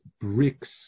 bricks